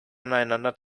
aneinander